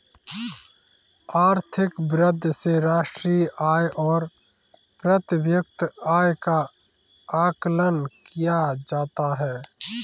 आर्थिक वृद्धि से राष्ट्रीय आय और प्रति व्यक्ति आय का आकलन किया जाता है